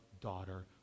daughter